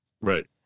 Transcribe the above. Right